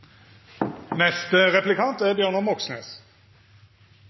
neste replikant er